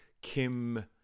Kim